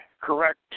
correct